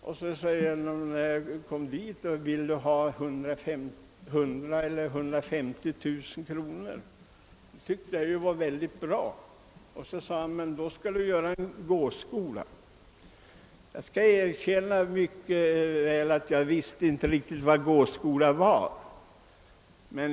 När jag kommit dit frågade man, om vårt landsting ville ha ett bidrag på 100 000 eller 150 000 kronor till en gå-skola. Det tyckte jag lät bra, även om jag måste erkänna att jag inte riktigt visste vad en gå-skola var.